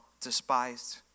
despised